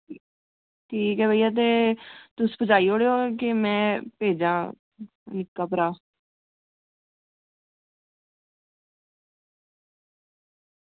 ठीक ऐ भइया ते तुस भजाई ओड़गे जां में भेजां निक्का भ्राऽ